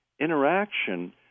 interaction